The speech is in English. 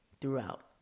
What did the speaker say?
throughout